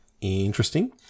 interesting